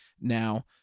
Now